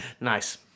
nice